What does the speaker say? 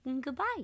Goodbye